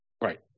Right